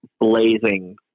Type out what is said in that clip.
blazing